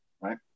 right